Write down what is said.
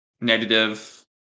negative